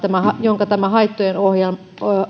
jonka tämä